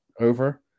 over